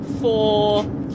four